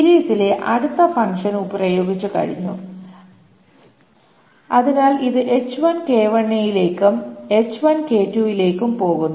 സീരിസിലെ അടുത്ത ഫങ്ക്ഷൻ പ്രയോഗിച്ചു കഴിഞ്ഞു അതിനാൽ ഇത് യിലേക്കും ഇത് യിലേക്കും പോകുന്നു